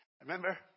Remember